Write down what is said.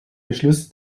beschluss